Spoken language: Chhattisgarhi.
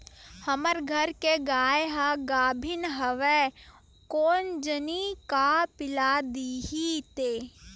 हमर घर के गाय ह गाभिन हवय कोन जनी का पिला दिही ते